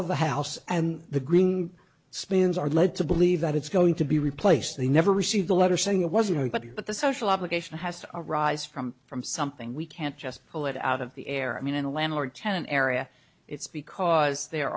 of the house and the green spins are led to believe that it's going to be replaced they never received a letter saying it wasn't but the social obligation has to arise from from something we can't just pull it out of the air i mean in a landlord tenant area it's because there